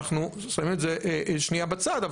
אנחנו שמים את זה שנייה בצד.